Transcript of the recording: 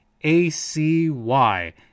A-C-Y